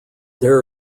there